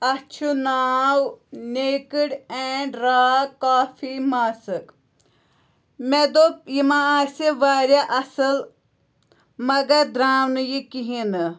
اَتھ چھُ ناو نیکٕڈ اینٛڈ را کافی ماسٕک مےٚ دوٚپ یہِ ما آسہِ واریاہ اَصٕل مگر درٛاو نہٕ یہِ کہیٖنۍ نہٕ